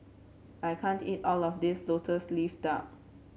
I can't eat all of this lotus leaf duck